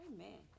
Amen